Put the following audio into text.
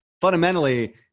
fundamentally